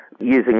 using